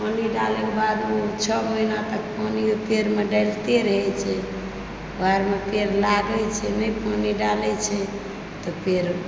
पानि डालैके बाद छओ महीना तक पानि पेड़मे डालितै रहए छै बादमे पेड़ लागै छै नहि पानी डालै छै तऽ पेड़